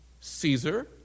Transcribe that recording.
Caesar